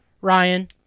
Ryan